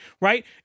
Right